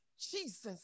Jesus